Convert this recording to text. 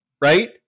Right